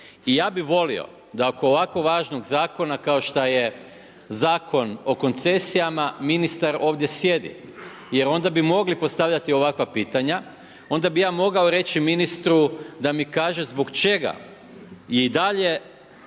I ja bih volio da oko ovako važnog zakona kao što je Zakon o koncesijama ministar ovdje sjedi, jer onda bi mogli postavljati ovakva pitanja, onda bi ja mogao reći ministru da mi kaže zbog čega je i dalje